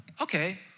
Okay